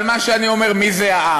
אבל מה שאני אומר, מי זה העם?